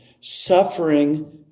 suffering